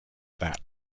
that